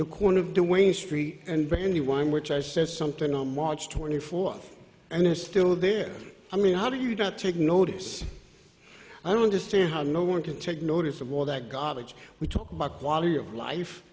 the corner dewayne street and brandywine which says something on march twenty fourth and it's still there i mean how do you not take notice i don't understand how no one can take notice of all that garbage we talk about quality of life